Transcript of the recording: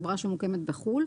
חברה שמוקמת בחו"ל,